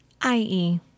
I-E